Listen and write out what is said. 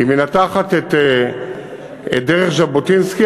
מנתחת את דרך ז'בוטינסקי,